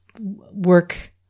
work